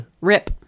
Rip